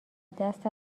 دست